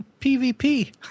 PVP